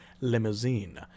limousine